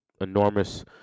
enormous